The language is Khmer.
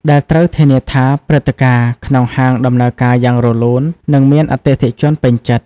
ដែលត្រូវធានាថាព្រឹត្តិការណ៍ក្នុងហាងដំណើរការយ៉ាងរលូន និងមានអតិថិជនពេញចិត្ត។